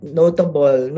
notable